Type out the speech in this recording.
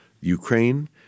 Ukraine